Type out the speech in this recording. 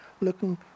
looking